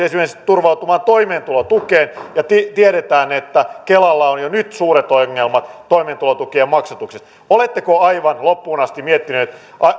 esimerkiksi turvautumaan toimeentulotukeen ja tiedetään että kelalla on jo nyt suuret ongelmat toimeentulotukien maksatuksessa oletteko aivan loppuun asti miettinyt